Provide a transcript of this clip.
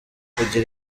kugira